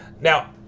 Now